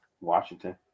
Washington